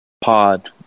Pod